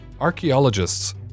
Archaeologists